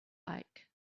like